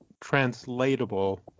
translatable